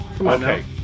okay